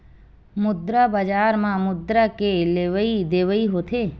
मुद्रा बजार म मुद्रा के लेवइ देवइ होथे